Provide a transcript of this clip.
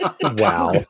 Wow